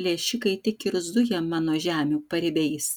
plėšikai tik ir zuja mano žemių paribiais